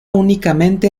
únicamente